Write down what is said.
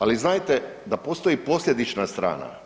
Ali znajte da postoji posljedična strana.